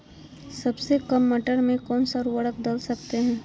सबसे काम मटर में कौन सा ऊर्वरक दल सकते हैं?